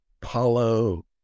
Paulo